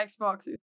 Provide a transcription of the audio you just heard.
xbox